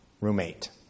roommate